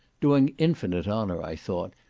doing infinite honour, i thought,